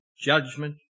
judgment